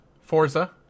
Forza